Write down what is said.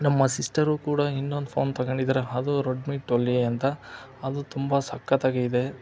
ನಮ್ಮ ಸಿಸ್ಟರೂ ಕೂಡ ಇನ್ನೊಂದು ಫೋನ್ ತಗೊಂಡಿದಾರೆ ಅದು ರೊಡ್ಮಿ ಟೊಲ್ವ್ ಎ ಅಂತ ಅದು ತುಂಬ ಸಕ್ಕತ್ತಾಗಿದೆ